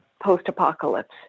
post-apocalypse